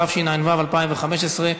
התשע"ו 2015,